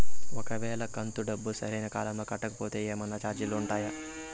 ఒక వేళ కంతు డబ్బు సరైన కాలంలో కట్టకపోతే ఏమన్నా చార్జీలు ఉండాయా?